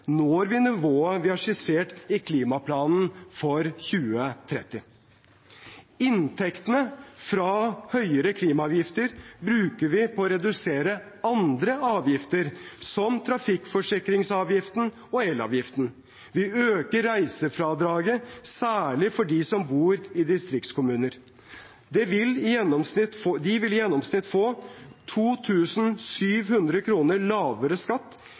når vi nivået vi har skissert i klimaplanen for 2030. Inntektene fra høyere klimaavgifter bruker vi på å redusere andre avgifter, som trafikkforsikringsavgiften og elavgiften. Vi øker også reisefradraget, særlig for dem som bor i distriktskommuner. De vil i gjennomsnitt få 2 700 kr lavere skatt. I